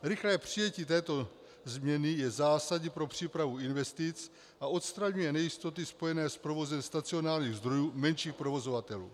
Rychlé přijetí této změny je zásadní pro přípravu investic a odstraňuje nejistoty spojené s provozem stacionárních zdrojů menších provozovatelů.